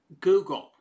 Google